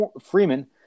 Freeman